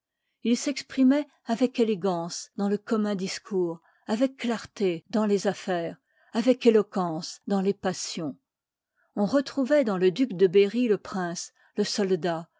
il s'exprimoit avec élégance dans le commun discours avec clarté dans les affaires avec éloquence dans les passions on retrouvoit dans le duc de berry le prince le soldat